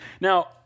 Now